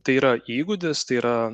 tai yra įgūdis tai yra